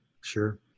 Sure